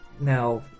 Now